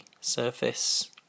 surface